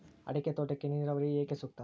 ಅಡಿಕೆ ತೋಟಕ್ಕೆ ಹನಿ ನೇರಾವರಿಯೇ ಏಕೆ ಸೂಕ್ತ?